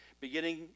beginning